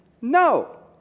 No